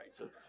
right